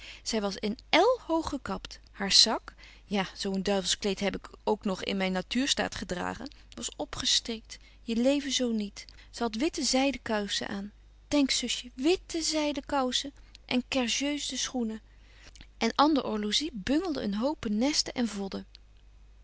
zy was een el hoog gekapt haar sack ja zo een duivelsch kleed heb ik ook nog in myn natuurstaat gedragen was opgestrikt je leven zo niet ze hadt witte zyde koussen aan denk zusje witte zyde koussen en kerjeusde schoenen en ander orlosie bungelde een hope nesten en vodden